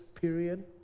period